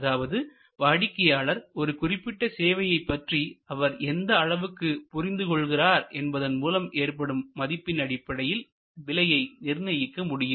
அதாவது வாடிக்கையாளர் ஒரு குறிப்பிட்ட சேவையைப் பற்றி அவர் எந்த அளவிற்கு புரிந்து கொள்கிறார் என்பதன் மூலம் ஏற்படும் மதிப்பின் அடிப்படையில் விலையை நிர்ணயிக்க முடியும்